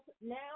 now